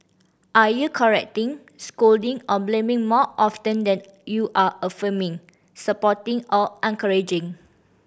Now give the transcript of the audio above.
are you correcting scolding or blaming more often than you are affirming supporting or